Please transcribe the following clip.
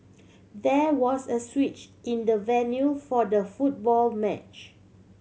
there was a switch in the venue for the football match